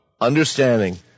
Understanding